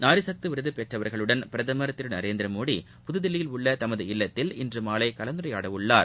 நாரிசக்திவிருதபெற்றவர்களுடன் பிரதமர் திருநரேந்திரமோடி புதுதில்லியில் உள்ளதமது இல்லத்தில் இன்றுமாலைகலந்துரையாடஉள்ளார்